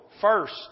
first